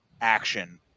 action